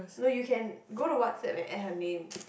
no you can go to WhatsApp and add her name